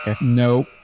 No